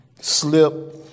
Slip